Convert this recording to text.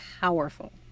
powerful